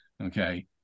Okay